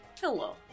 Hello